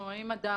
אם אדם